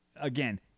again